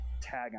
tag